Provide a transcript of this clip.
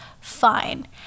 fine